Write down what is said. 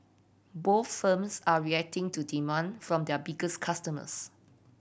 both firms are reacting to demand from their biggest customers